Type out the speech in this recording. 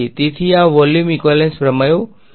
તેથી આ volume equivalence પ્રમેયો હતા